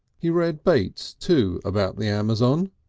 he read bates, too, about the amazon,